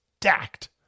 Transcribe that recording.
stacked